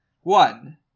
One